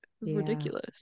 ridiculous